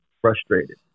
frustrated